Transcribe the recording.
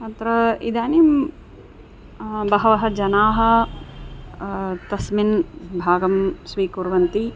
अत्र इदानीं बहवः जनाः तस्मिन् भागं स्वीकुर्वन्ति